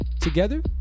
Together